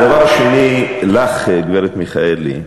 הדבר השני, לך, גברת מיכאלי,